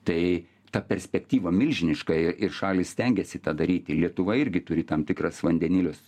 tai ta perspektyva milžiniška ir šalys stengiasi tą daryti lietuva irgi turi tam tikras vandenilius